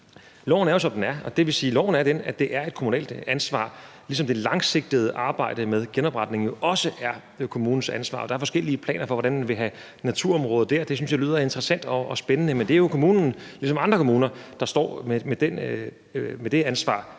Loven er jo, som den er, og det vil sige, at loven er den, at det er et kommunalt ansvar, ligesom det langsigtede arbejde med genopretningen også er kommunens ansvar. Der er forskellige planer for, hvordan man vil have naturområder der, og det synes jeg lyder interessant og spændende, men det er jo kommunen, ligesom andre kommuner gør det, der står med det ansvar.